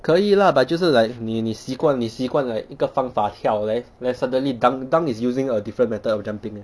可以 lah but 就是 like 你你习惯你习惯 like 一个方法跳 then then suddenly dunk dunk is using a different method of jumping leh